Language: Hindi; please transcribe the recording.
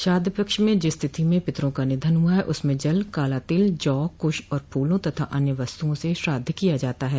श्राद्ध पक्ष में जिस तिथि में पितरा का निधन हुआ है उसमें जल काला तिल जौ कुश और फूलों तथा अन्य वस्तुओं से श्राद्ध किया जाता है